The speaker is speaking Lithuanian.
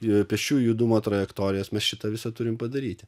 ir pėsčių judumo trajektorijas mes šitą visą turim padaryti